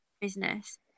business